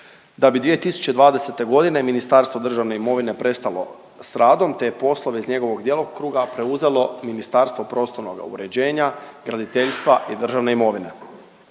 Da bi 2020. godine Ministarstvo državne imovine prestalo sa radom, te je poslove iz njegovog djelokruga preuzelo Ministarstvo prostornoga uređenja, graditeljstva i državne imovine.